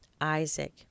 Isaac